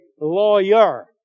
lawyer